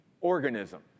organism